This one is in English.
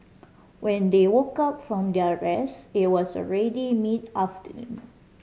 when they woke up from their rest it was already mid afternoon